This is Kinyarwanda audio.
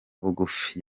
bugufi